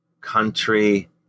country